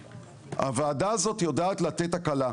הוועדה הזאת יודעת לתת הקלה.